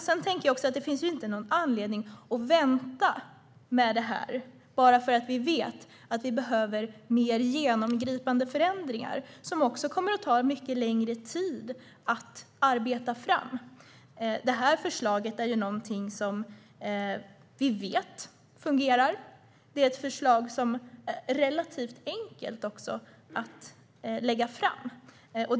Jag tycker inte att det finns någon anledning att vänta med beslutet bara för att vi vet att vi behöver göra mer genomgripande förändringar som kommer att ta mycket längre tid att arbeta fram. Det här förslaget vet vi fungerar. Det är ett förslag som är relativt enkelt att lägga fram.